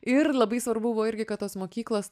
ir labai svarbu buvo irgi kad tos mokyklos